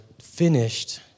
finished